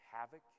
havoc